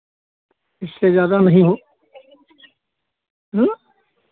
इससे ज़्यादा नहीं हो आँय